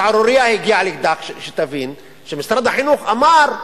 השערורייה הגיעה לכך, שתבין, שמשרד החינוך אמר: